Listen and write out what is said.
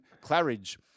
Claridge